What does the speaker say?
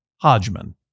Hodgman